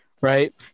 right